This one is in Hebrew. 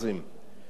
אין בעיה,